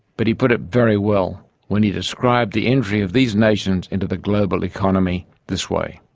but he put it very well when he described the entry of these nations into the global economy this way